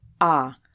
Ah